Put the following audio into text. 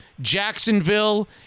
Jacksonville